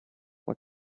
what